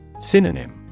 Synonym